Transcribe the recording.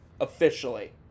Officially